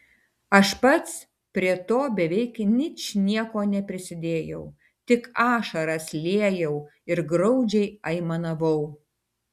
aš pats prie to beveik ničnieko neprisidėjau tik ašaras liejau ir graudžiai aimanavau